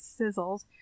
Sizzles